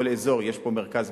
בכל אזור יש מרכז